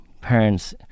parents